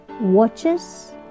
watches